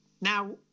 Now